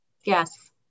Yes